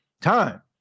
time